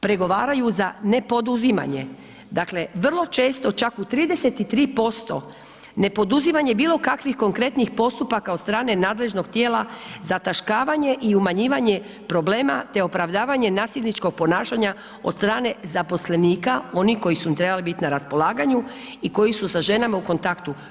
Prigovaraju za nepoduzimanje, dakle vrlo često, čak u 33% nepoduzimanje bilokakvih konkretnih postupaka od strane nadležnog tijela zataškavanje i umanjivanje problema te opravdavanje nasilničkog ponašanja od strane zaposlenika, oni koji su im trebali biti na raspolaganju i koji su sa ženama u kontaktu.